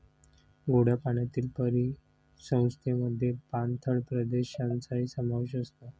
गोड्या पाण्यातील परिसंस्थेमध्ये पाणथळ प्रदेशांचाही समावेश असतो